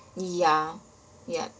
ya yup